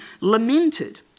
lamented